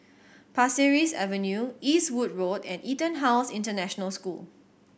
Pasir Ris Avenue Eastwood Road and EtonHouse International School